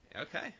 Okay